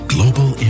Global